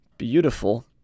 beautiful